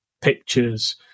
pictures